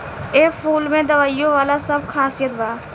एह फूल में दवाईयो वाला सब खासियत बा